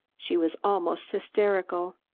she was almost hysterical.